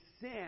sin